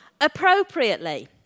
appropriately